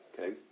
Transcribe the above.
okay